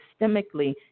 systemically